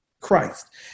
Christ